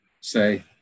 say